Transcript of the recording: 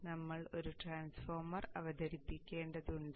ഇപ്പോൾ നമ്മൾ ഒരു ട്രാൻസ്ഫോർമർ അവതരിപ്പിക്കേണ്ടതുണ്ട്